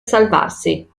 salvarsi